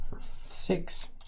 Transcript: Six